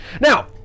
Now